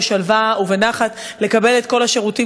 בשלווה ובנחת ולקבל את כל השירותים,